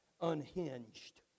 unhinged